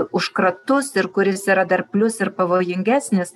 užkratus ir kuris yra dar plius ir pavojingesnis